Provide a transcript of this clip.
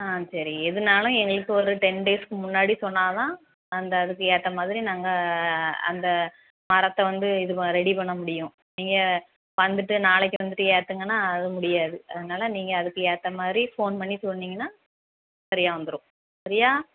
ஆ சரி எதனாலும் எங்களுக்கு ஒரு டென் டேஸ்க்கு முன்னாடி சொன்னால் தான் அந்த அதுக்கு ஏற்ற மாதிரி நாங்கள் அந்த மரத்தை வந்து இதுமா ரெடி பண்ண முடியும் நீங்கள் வந்துட்டு நாளைக்கு வந்துட்டு ஏற்றுங்கன்னா அது முடியாது அதனால் நீங்கள் அதுக்கு ஏற்ற மாதிரி ஃபோன் பண்ணி சொன்னீங்கன்னால் சரியாக வந்துடும் சரியா